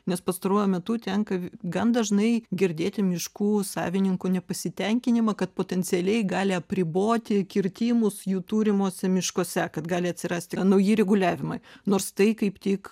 nes pastaruoju metu tenka gan dažnai girdėti miškų savininkų nepasitenkinimą kad potencialiai gali apriboti kirtimus jų turimuose miškuose kad gali atsirasti nauji reguliavimai nors tai kaip tik